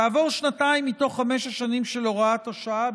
כעבור שנתיים מתוך חמש השנים של הוראת השעה,